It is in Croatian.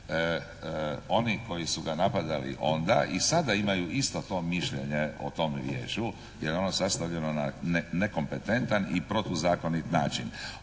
Oni koji su ga napadali onda i sada imaju isto to mišljenje o tom vijeću jer je ono sastavljeno na nekompetentan i protuzakonit način.